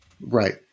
Right